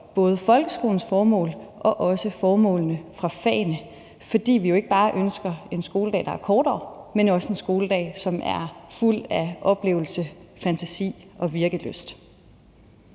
både folkeskolens formål og også fagenes formål, fordi vi jo ikke bare ønsker en skoledag, der er kortere, men også en skoledag, som er fuld af oplevelse, fantasi og virkelyst.